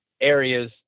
areas